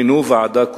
ומינו ועדה קרואה.